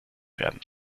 werden